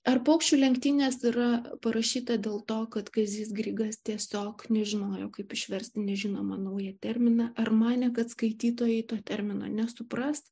ar paukščių lenktynės yra parašyta dėl to kad kazys grigas tiesiog nežinojo kaip išversti nežinomą naują terminą ar manė kad skaitytojai to termino nesupras